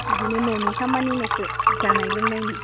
इदिनो न'नि खामानिल'सो जानाय लोंनायनि